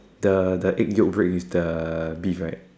the the egg Yolk break is the beef right